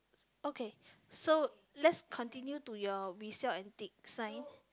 okay so let's continue to your we sell antiques sign